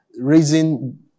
Raising